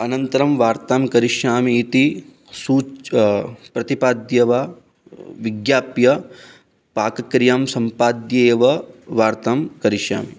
अनन्तरं वार्तां करिष्यामि इति सूच् प्रतिपाद्य वा विज्ञाप्य पाकक्रियां सम्पाद्यैव वार्तां करिष्यामि